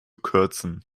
kürzen